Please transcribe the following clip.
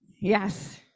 Yes